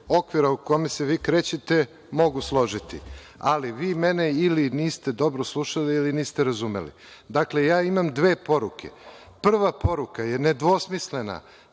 okvira u kome se vi krećete mogu složiti, ali vi mene ili niste dobro slušali ili niste razumeli. Ja imam dve poruke. Prva poruka je nedvosmislena,